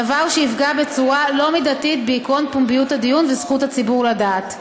דבר שיפגע בצורה לא מידתית בעקרון פומביות הדיון וזכות הציבור לדעת.